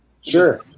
Sure